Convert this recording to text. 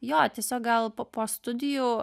jo tiesiog gal po po studijų